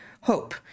hope